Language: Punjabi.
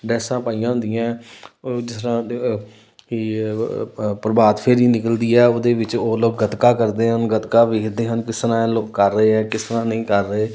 ਡਰੈੱਸਾਂ ਪਾਈਆਂ ਹੁੰਦੀਆਂ ਹੈ ਜਿਸ ਤਰ੍ਹਾਂ ਪ੍ਰਭਾਤ ਫੇਰੀ ਨਿਕਲਦੀ ਹੈ ਉਹਦੇ ਵਿੱਚ ਉਹ ਲੋਕ ਗੱਤਕਾ ਕਰਦੇ ਹਨ ਗੱਤਕਾ ਦੇਖਦੇ ਹਨ ਕਿਸ ਤਰ੍ਹਾਂ ਇਹ ਲੋਕ ਕਰ ਰਹੇ ਹੈ ਕਿਸ ਤਰ੍ਹਾਂ ਨਹੀਂ ਕਰ ਰਹੇ